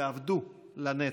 שאבדו לנצח.